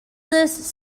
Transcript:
this